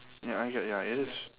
ya I gue~ ya it looks